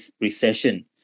recession